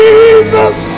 Jesus